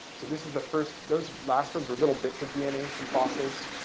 so this is the first those last ones were little bits of dna from fossils,